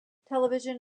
television